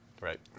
right